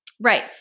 Right